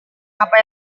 apa